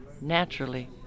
Naturally